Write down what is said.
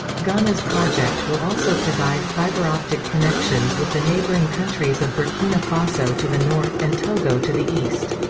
ghana's project will also provide fiber-optic connections with the neighboring countries of burkina faso to the north and togo to the east.